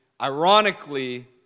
ironically